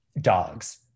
Dogs